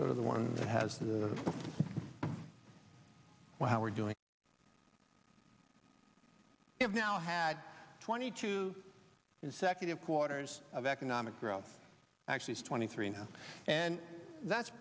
go to the one that has the well how we're doing it now had twenty two consecutive quarters of economic growth actually had twenty three now and that's